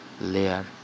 layer